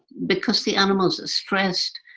because the animals are stressed,